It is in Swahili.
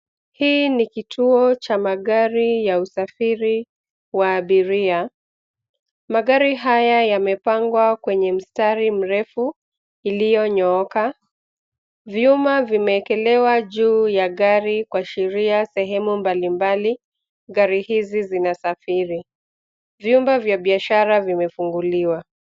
Hii ni kituo cha magari ya usafiri wa abiria. Magari haya yamepangwa kwenye mstari mrefu ulionyooka. Vyuma vimewekelewa juu ya gari kuashiria sehemu mbalimbali. Gari hizi zinasafiri. Vyumba vya biashara vimefunguliwa.